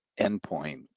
endpoint